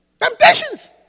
Temptations